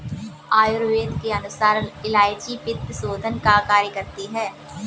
आयुर्वेद के अनुसार इलायची पित्तशोधन का कार्य करती है